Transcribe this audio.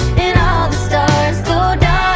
and all the stars go